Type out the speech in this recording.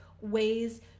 ways